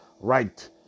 right